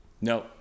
No